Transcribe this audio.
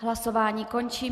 Hlasování končím.